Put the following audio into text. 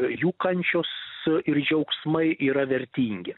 jų kančios ir džiaugsmai yra vertingi